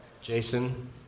Jason